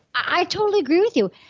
i totally agree with you.